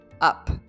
up